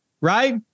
right